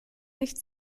nicht